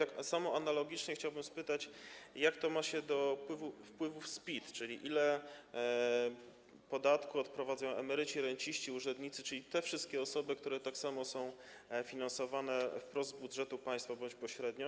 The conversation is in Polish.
Analogicznie chciałbym spytać, jak to ma się do wpływów z PIT, czyli ile podatku odprowadzą emeryci, renciści, urzędnicy, tj. te wszystkie osoby, które tak samo są finansowane wprost z budżetu państwa bądź pośrednio.